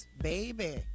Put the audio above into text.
Baby